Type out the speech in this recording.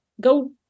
go